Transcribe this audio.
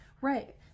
right